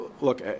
Look